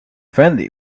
friendly